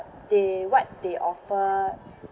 they what they offer